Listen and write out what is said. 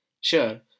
Sure